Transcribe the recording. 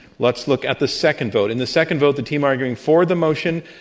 let's look at the second vote. in the second vote, the team arguing for the motion,